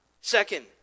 Second